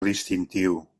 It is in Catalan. distintiu